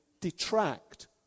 detract